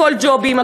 הכול ג'ובים,